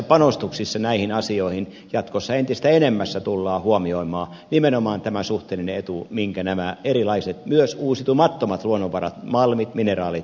panostuksissa näihin asioihin jatkossa entistä enemmän tullaan huomioimaan nimenomaan tämä suhteellinen etu minkä nämä erilaiset myös uusiutumattomat luonnonvarat malmit mineraalit meille antavat